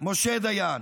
משה דיין.